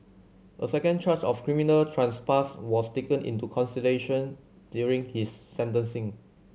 a second charge of criminal trespass was taken into consideration during his sentencing